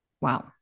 Wow